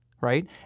right